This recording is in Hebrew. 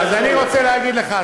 אז אני רוצה להגיד לך,